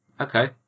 Okay